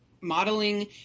modeling